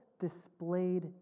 displayed